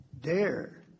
dare